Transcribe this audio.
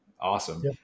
Awesome